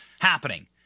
happening